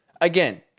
again